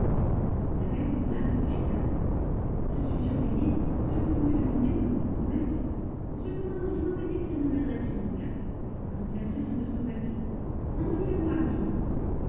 la belle amanda réfléchit un peu je suis surveillée ce que vous me demandez peut me compromettre cependant je m'en vais écrire mon adresse sur une carte que vous placerez sur votre paquet envoyez le moi